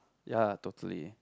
ya totally